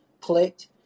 clicked